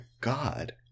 God